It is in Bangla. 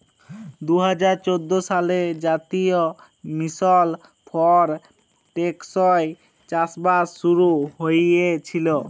দু হাজার চোদ্দ সালে জাতীয় মিশল ফর টেকসই চাষবাস শুরু হঁইয়েছিল